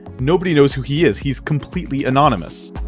nobody knows who he is. he's completely anonymous.